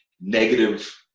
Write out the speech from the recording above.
negative